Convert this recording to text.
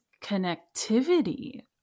connectivity